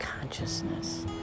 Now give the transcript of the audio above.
consciousness